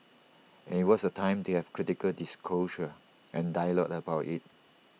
and IT was the time to have critical discourse and dialogue about IT